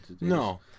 No